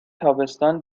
تابستان